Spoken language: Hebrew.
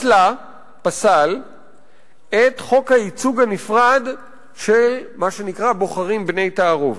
פסל את חוק הייצוג הנפרד של מה שנקרא "בוחרים בני-תערובת".